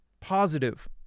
positive